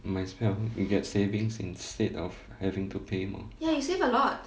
you get savings instead of having to pay more